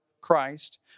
Christ